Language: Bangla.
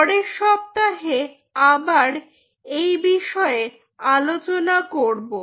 পরের সপ্তাহে আবার এই বিষয়ে আলোচনা করব